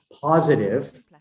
positive